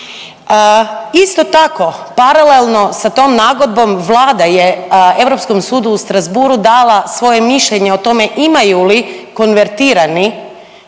Isto tako, paralelno sa tom nagodbom Vlada je Europskom sudu u Strasbourgu dala svoje mišljenje o tome imaju li konvertirani